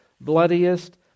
bloodiest